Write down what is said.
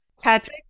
Patrick